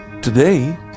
Today